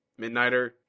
Midnighter